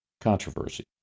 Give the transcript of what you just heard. controversy